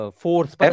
force